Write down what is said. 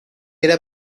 era